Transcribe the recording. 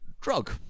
drug